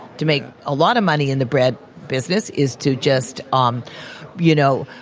to make a lot of money in the bread business is to just, um you know,